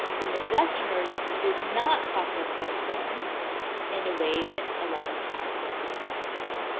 the midwesterners did not process their corn in a way that allowed us to access the b vitamins.